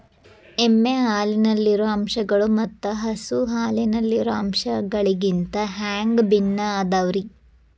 ಎಮ್ಮೆ ಹಾಲಿನಲ್ಲಿರೋ ಅಂಶಗಳು ಮತ್ತ ಹಸು ಹಾಲಿನಲ್ಲಿರೋ ಅಂಶಗಳಿಗಿಂತ ಹ್ಯಾಂಗ ಭಿನ್ನ ಅದಾವ್ರಿ?